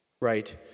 right